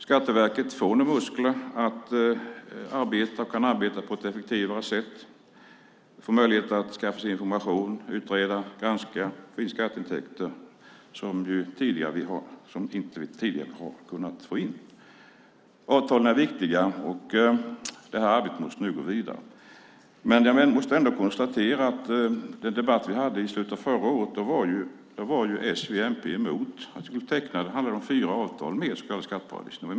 Skatteverket får nu muskler och kan arbeta på ett effektivare sätt och få möjligheter att skaffa sig information, utreda, granska och få in skatteintäkter som vi inte tidigare har kunnat få in. Avtalen är viktiga, och det här arbetet måste nu gå vidare. Jag måste ändå konstatera att i den debatt vi hade i slutet av förra året var s, v och mp emot att vi skulle teckna fyra avtal med så kallade skatteparadis.